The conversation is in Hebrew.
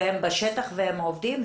והם בשטח והם עובדים,